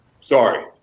Sorry